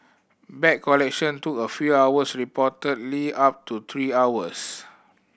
bag collection took a few hours reportedly up to three hours